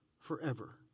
forever